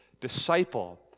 disciple